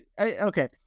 Okay